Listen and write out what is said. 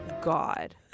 God